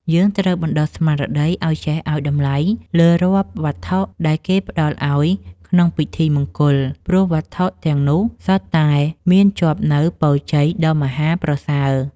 យើងត្រូវបណ្តុះស្មារតីឱ្យចេះឱ្យតម្លៃលើរាល់វត្ថុដែលគេផ្តល់ឱ្យក្នុងពិធីមង្គល ព្រោះវត្ថុទាំងនោះសុទ្ធតែមានជាប់នូវពរជ័យដ៏មហាប្រសើរ។